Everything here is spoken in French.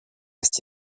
reste